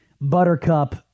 buttercup